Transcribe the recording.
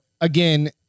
again